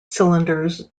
cylinders